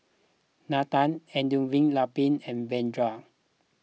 Nathan Elattuvalapil and Vedre